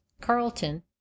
Carlton